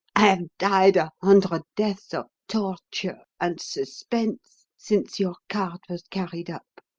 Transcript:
i have died a hundred deaths of torture and suspense since your card was carried up.